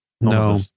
No